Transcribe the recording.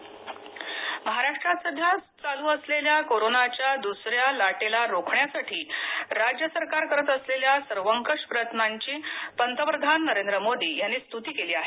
उद्धव ठाकरे महाराष्ट्रात सध्या चालू असलेल्या कोरोनाच्या दुसऱ्यालाटेला रोखण्यासाठी राज्य सरकार करत असलेल्या सर्वंकष प्रयत्नांची पंतप्रधान नरेंद्र मोदी यांनी स्तुती केली आहे